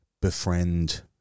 befriend